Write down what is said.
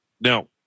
Now